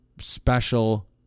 special